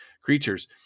creatures